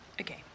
Okay